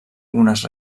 unes